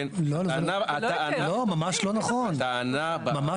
לא, ממש לא נכון, תומר.